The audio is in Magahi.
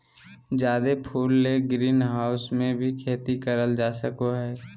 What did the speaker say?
जादे फूल ले ग्रीनहाऊस मे भी खेती करल जा सको हय